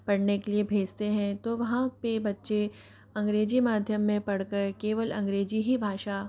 पढ़ने के लिए भेजते हैं तो वहाँ पर बच्चे अंग्रेज़ी माध्यम में पढ़ के केवल अंग्रेज़ी ही भाषा